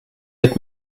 had